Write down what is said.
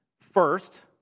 first